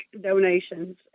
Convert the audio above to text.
donations